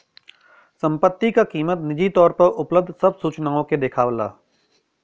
संपत्ति क कीमत निजी तौर पर उपलब्ध सब सूचनाओं के देखावला